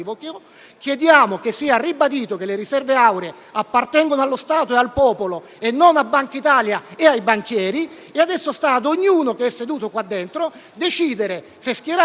Chiediamo che sia ribadito che le riserve auree appartengono allo Stato e al popolo e non a Bankitalia e ai banchieri. Adesso sta ad ognuno dei presenti decidere se schierarsi